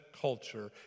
culture